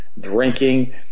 drinking